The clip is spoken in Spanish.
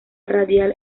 radial